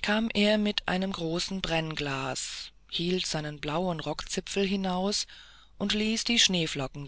kam er mit einem großen brennglase hielt seinen blauen rockzipfel hinaus und ließ die schneeflocken